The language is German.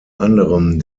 anderem